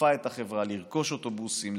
דחפה את החברה לרכוש אוטובוסים,